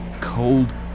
cold